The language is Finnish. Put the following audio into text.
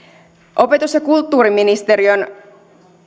opetus ja kulttuuriministeriön